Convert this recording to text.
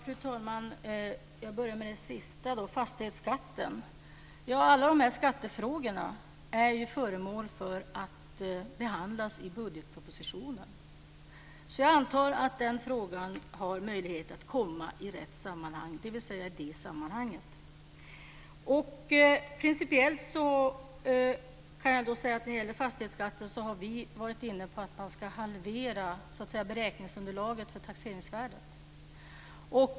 Fru talman! Jag börjar med den sista frågan om fastighetsskatten. Alla skattefrågorna är föremål för behandling i budgetpropositionen. Jag antar att den frågan kan behandlas i det sammanhanget. I fråga om fastighetsskatten har vi principiellt varit inne på att halvera beräkningsunderlaget för taxeringsvärdet.